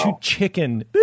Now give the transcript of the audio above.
chicken